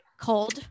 cold